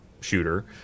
shooter